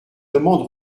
demande